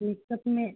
makeup में